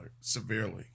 severely